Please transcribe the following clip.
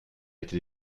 été